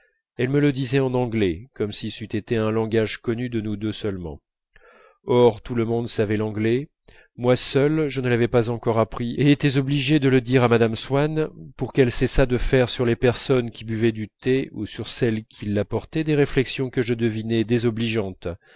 elle me le disait en anglais comme si c'eût été un langage connu de nous deux seulement or tout le monde savait l'anglais moi seul je ne l'avais pas encore appris et étais obligé de le dire à mme swann pour qu'elle cessât de faire sur les personnes qui buvaient le thé ou sur celles qui l'apportaient des réflexions que je devinais désobligeantes